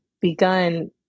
begun